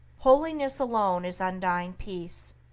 holiness alone is undying peace.